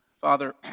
Father